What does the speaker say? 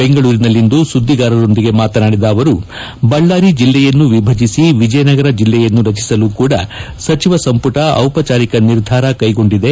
ಬೆಂಗಳೂರಿನಲ್ಲಿಂದು ಸುಧಿಗಾರರೊಂದಿಗೆ ಮಾತನಾಡಿದ ಅವರು ಬಳ್ಳಾರಿ ಜಿಲ್ಲೆಯನ್ನು ವಿಭಜಿಸಿ ವಿಜಯನಗರ ಜಿಲ್ಲೆಯನ್ನು ರಚಿಸಲು ಕೂಡ ಸಚಿವ ಸಂಪುಟ ಔಪಚಾರಿಕ ನಿರ್ಧಾರ ಕೈಗೊಂಡಿದೆ